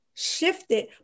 shifted